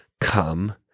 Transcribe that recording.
Come